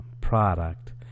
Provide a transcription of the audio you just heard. product